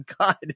God